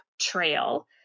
trail